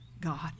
God